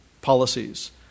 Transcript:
policies